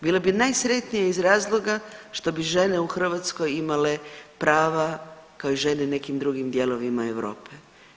Bila bi najsretnija iz razloga što bi žene u Hrvatskoj imale prava kao i žene u nekim drugim dijelovima Europe.